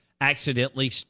accidentally